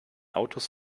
autos